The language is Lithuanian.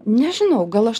nežinau gal aš